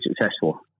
successful